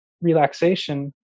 relaxation